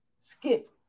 Skip